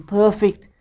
perfect